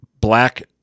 black